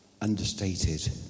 Understated